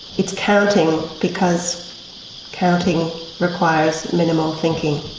it's counting because counting requires minimal thinking.